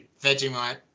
Vegemite